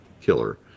killer